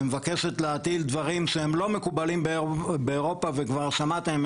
שמבקשת להטיל דברים שהם לא מקובלים באירופה וכבר שמעתם,